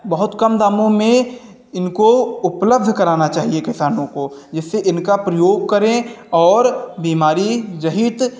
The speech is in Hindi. बहुत कम दामों में इनको उपलब्ध कराना चाहिए किसानों को जिससे इनका प्रयोग करें और बीमारी रहित